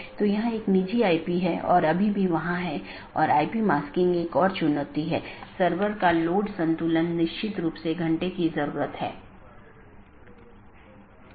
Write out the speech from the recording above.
तो ये वे रास्ते हैं जिन्हें परिभाषित किया जा सकता है और विभिन्न नेटवर्क के लिए अगला राउटर क्या है और पथों को परिभाषित किया जा सकता है